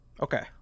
Okay